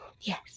Yes